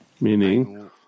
Meaning